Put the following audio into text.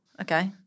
okay